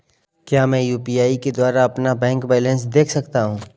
क्या मैं यू.पी.आई के द्वारा अपना बैंक बैलेंस देख सकता हूँ?